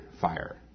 fire